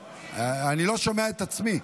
אני לא שומע את עצמי.